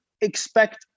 expect